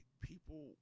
People